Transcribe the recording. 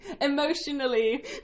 Emotionally